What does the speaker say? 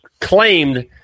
claimed